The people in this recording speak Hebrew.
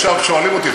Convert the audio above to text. עכשיו שואלים אותי,